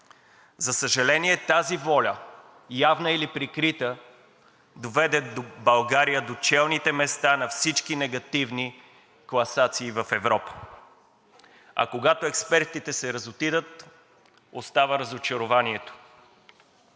За съжаление, тази воля, явна или прикрита, доведе България до челните места на всички негативни класации в Европа. А когато експертите се разотидат, остава разочарованието.